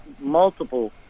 multiple